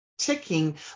ticking